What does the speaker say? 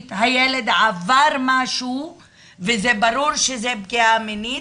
הילד עבר משהו וזה ברור שזה פגיעה מינית.